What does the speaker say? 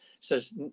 says